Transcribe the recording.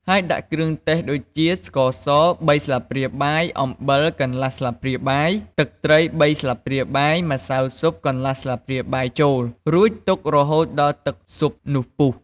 ហើយដាក់គ្រឿងទេសដូចជា ស្ករស ៣ស្លាបព្រាបាយ អំបិលកន្លះស្លាបព្រាបាយ ទឹកត្រី៣ស្លាបព្រាបាយ ម្សៅស៊ុបកន្លះស្លាបព្រាបាយចូល រួចទុករហូតដល់ទឹកស៊ុបនោះពុះ។